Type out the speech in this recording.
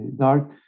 dark